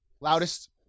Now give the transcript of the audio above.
Loudest